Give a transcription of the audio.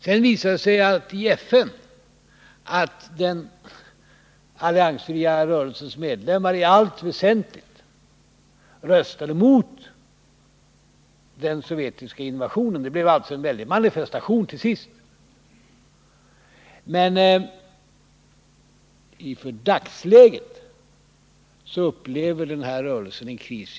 Sedan visade det sig i FN att den alliansfria rörelsens medlemmar i allt väsentligt röstade emot den sovjetiska invasionen. Det blev alltså till sist en väldig manifestation. I dagsläget upplever den här rörelsen alltså en kris.